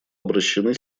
обращены